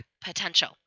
potential